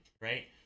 right